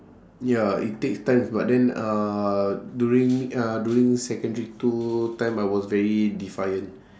ya it takes time but then uh during uh during secondary two time I was very defiant